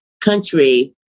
country